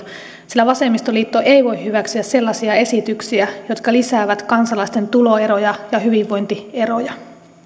sillä vasemmistoliitto ei ei voi hyväksyä sellaisia esityksiä jotka lisäävät kansalaisten tuloeroja ja hyvinvointieroja